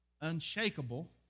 Unshakable